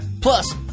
Plus